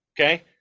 okay